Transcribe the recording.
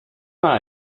mal